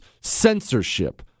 censorship